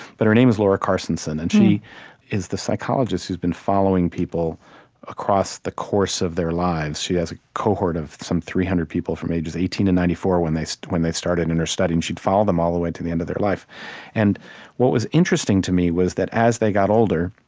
but her name is laura carstensen, and she is the psychologist who's been following people across the course of their lives. she has a cohort of some three hundred people, from ages eighteen to ninety four when they so when they started in her study, and she'd followed them all the way to the end of their life and what was interesting to me was that as they got older,